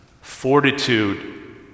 Fortitude